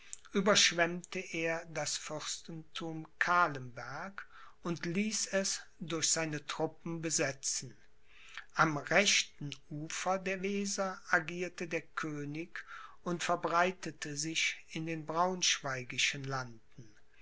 überschwemmte er das fürstentum calemberg und ließ es durch seine truppen besetzen am rechten ufer der weser agierte der könig und verbreitete sich in den braunschweigischen landen